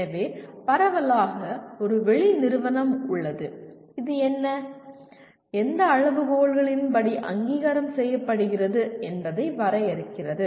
எனவே பரவலாக ஒரு வெளி நிறுவனம் உள்ளது இது என்ன எந்த அளவுகோல்களின் படி அங்கீகாரம் செய்யப்படுகிறது என்பதை வரையறுக்கிறது